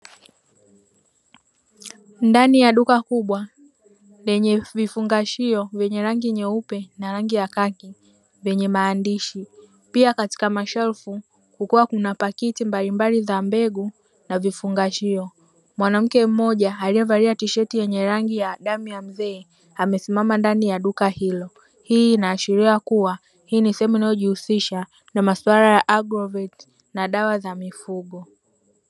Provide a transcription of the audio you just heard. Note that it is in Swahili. Ndani ya duka kubwa lenye vifungashio vyenye rangi nyeupe na rangi ya kaki vyenye maandishi, pia katika mashelfu kukiwa kuna pakiti mbalimbali za mbegu na vifungashio. Mwanamke mmoja aliyevalia tisheti ya rangi ya damu ya mzee amesimama ndani ya duka hilo, hii inaashiria kuwa hii ni sehemu inayojihusisha na maswala ya agroveti na madawa ya mifugo.